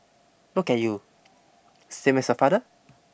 look at you same as your father